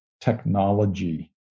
technology